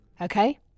Okay